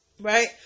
right